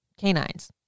Canines